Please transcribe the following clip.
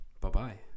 Bye-bye